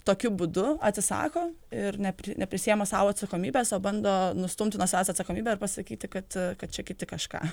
tokiu būdu atsisako ir nepri neprisiima sau atsakomybės o bando nustumti nuo savęs atsakomybę ir pasakyti kad kad čia kiti kažką